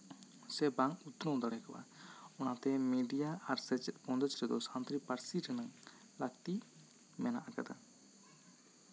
ᱥᱮ ᱵᱟᱝ ᱩᱛᱱᱟᱹᱣ ᱫᱟᱲᱮ ᱠᱚᱜᱼᱟ ᱚᱱᱟᱛᱮ ᱢᱤᱰᱤᱭᱟ ᱟᱨ ᱥᱮᱪᱮᱫ ᱵᱚᱱᱫᱮᱡᱽ ᱨᱮᱫᱚ ᱥᱟᱱᱛᱟᱲᱤ ᱯᱟᱹᱨᱥᱤ ᱨᱮᱱᱟᱝ ᱞᱟᱹᱠᱛᱤ ᱢᱮᱱᱟᱜ ᱟᱠᱟᱫᱟ